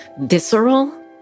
visceral